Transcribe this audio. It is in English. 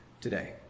today